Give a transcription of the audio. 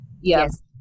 Yes